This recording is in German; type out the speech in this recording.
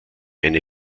eine